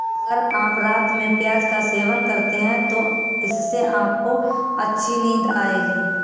अगर आप रात में प्याज का सेवन करते हैं तो इससे आपको अच्छी नींद आएगी